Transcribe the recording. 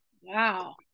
wow